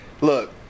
look